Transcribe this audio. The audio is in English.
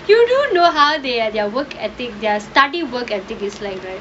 you don't know how they or their work ethic their study work ethic is like very